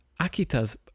Akita's